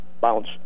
bounce